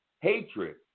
hatred